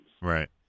Right